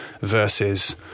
versus